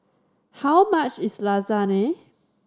how much is Lasagne